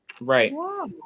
Right